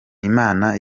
imana